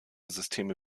systeme